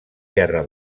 guerra